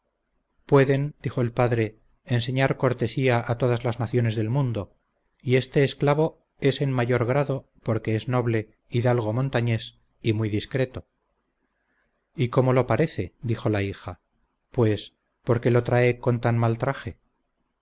pueden dijo el padre enseñar cortesía a todas las naciones del mundo y este esclavo es en mayor grado porque es noble hijodalgo montañés y muy discreto y cómo lo parece dijo la hija pues por qué lo trae con tan mal traje